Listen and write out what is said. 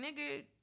nigga